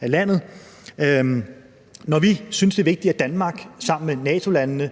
af landet. Når vi synes, det er vigtigt, at Danmark sammen med NATO-landene